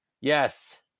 yes